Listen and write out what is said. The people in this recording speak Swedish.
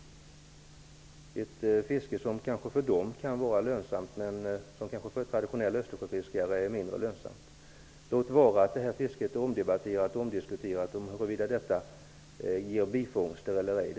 Det är ett fiske som kanske kan vara lönsamt för dem men som är mindre lönsamt för traditionella Östersjöfiskare. Detta fiske är omdebatterat, och det diskuteras huruvida det ger bifångster eller ej.